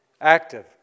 active